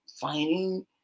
finding